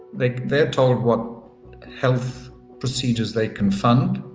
they they're told what health procedures they can fund